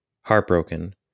heartbroken